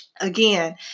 Again